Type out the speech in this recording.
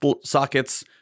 sockets